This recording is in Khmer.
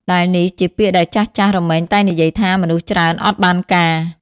ដែលនេះជាពាក្យដែលចាស់ៗរមែងតែងនិយាយថា មនុស្សច្រើន អត់បានការ។